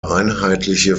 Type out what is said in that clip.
einheitliche